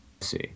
see